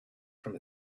from